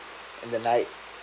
and the like